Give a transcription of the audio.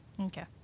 Okay